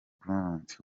grant